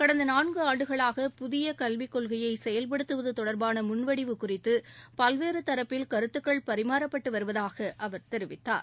கடந்த நான்கு ஆண்டுகளாக புதிய கல்விக் கொள்கையை செயல்படுத்துவது தொடர்பான முன்வடிவு குறித்து பல்வேறு தரப்பில் கருத்துக்கள் பரிமாறப்பட்டு வருவதாக அவர் தெரிவித்தார்